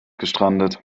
gestrandet